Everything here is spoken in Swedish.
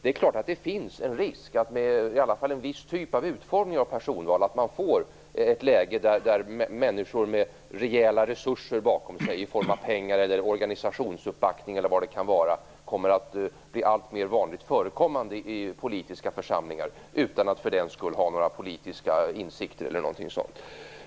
Det är klart att det finns en risk att man, i alla fall med en viss typ av utformning av personval, får ett läge där människor med rejäla resurser bakom sig, i form av pengar, organisationsuppbackning eller vad det kan vara, kommer att bli allt mer vanligt förekommande i politiska församlingar utan att för den skull ha några politiska insikter.